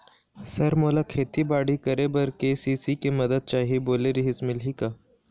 Sir मोला खेतीबाड़ी करेबर के.सी.सी के मंदत चाही बोले रीहिस मिलही का?